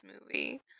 movie